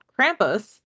Krampus